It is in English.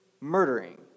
murdering